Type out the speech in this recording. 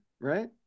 right